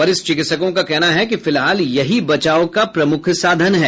वरिष्ठ चिकित्सकों का कहना है कि फिलहाल यही बचाव का प्रमुख साधन है